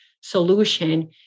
solution